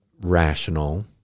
rational